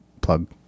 plug